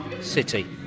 City